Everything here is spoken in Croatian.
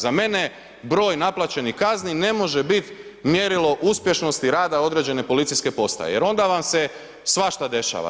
Za mene broj naplaćenih kazni ne može biti mjerilo uspješnosti rada određene policijske postaje jer onda vam se svašta dešava.